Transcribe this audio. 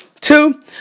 Two